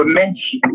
mention